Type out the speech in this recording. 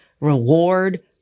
reward